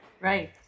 Right